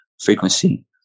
frequency